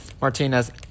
Martinez